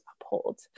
uphold